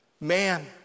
Man